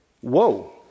Whoa